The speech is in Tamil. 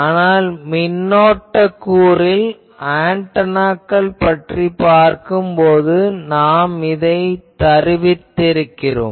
ஆனால் மின்னோட்ட கூறில் ஆன்டெனாக்கள் பற்றிப் பார்க்கும் போது நாம் இதை தருவித்திருக்கிறோம்